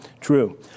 true